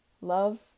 Love